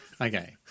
Okay